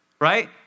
right